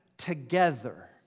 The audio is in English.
together